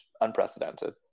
unprecedented